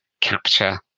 capture